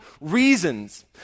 reasons